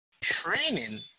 training